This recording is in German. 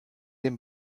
dem